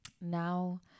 now